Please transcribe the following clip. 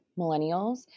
millennials